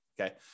okay